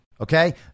Okay